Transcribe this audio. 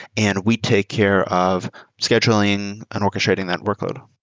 and we take care of scheduling and orchestrating that workload.